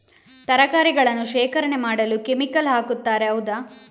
ತರಕಾರಿಗಳನ್ನು ಶೇಖರಣೆ ಮಾಡಲು ಕೆಮಿಕಲ್ ಹಾಕುತಾರೆ ಹೌದ?